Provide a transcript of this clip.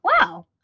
Wow